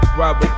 rob